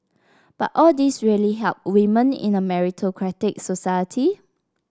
but all this really help women in a meritocratic society